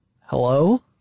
Hello